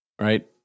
right